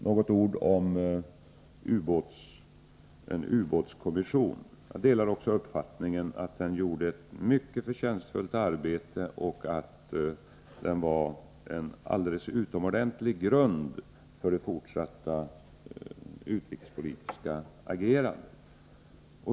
Något ord om ubåtskommissionen: Jag delar uppfattningen att den gjorde ett mycket förtjänstfullt arbete och att den var en alldeles utomordentlig grund för det fortsatta utrikespolitiska agerandet.